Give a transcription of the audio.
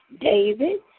David